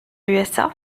usa